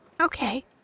Okay